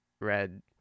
red